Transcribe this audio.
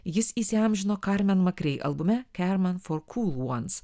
jis įsiamžino karmen makrei albume kermen for kūl vans